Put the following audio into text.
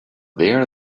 there